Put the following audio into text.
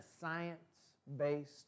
science-based